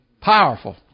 Powerful